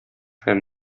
һәм